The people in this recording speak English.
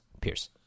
Pierce